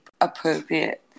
appropriate